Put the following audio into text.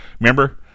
Remember